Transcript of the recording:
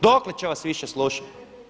Dokle će vas više slušati?